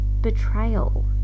betrayal